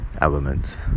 Elements